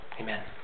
Amen